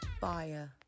fire